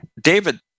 David